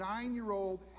nine-year-old